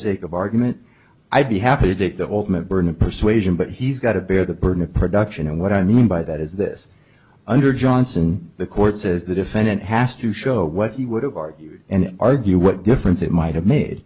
sake of argument i'd be happy to take the ultimate burden of persuasion but he's got to bear the burden of production and what i mean by that is this under johnson the court says the defendant has to show what he would of art and argue what difference it might have made